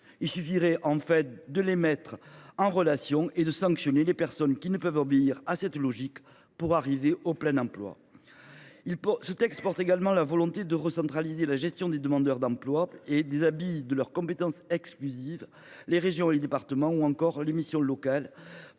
Il suffirait de les mettre en relation et de sanctionner les personnes qui ne peuvent obéir à cette logique pour arriver au plein emploi ! Ce texte vise également à recentraliser la gestion des demandeurs d’emploi. Il prive de leurs compétences exclusives les régions et les départements ou encore les missions locales